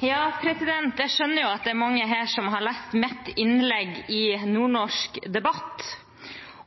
Jeg skjønner at det er mange her som har lest mitt innlegg i Nordnorsk debatt,